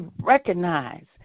recognize